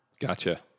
gotcha